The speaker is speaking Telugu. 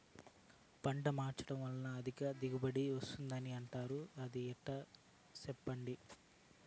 పంట మార్చడం వల్ల అధిక దిగుబడి వస్తుందని అంటారు అది ఎట్లా సెప్పండి